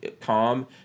calm